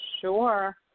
Sure